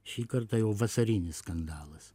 šį kartą jau vasarinis skandalas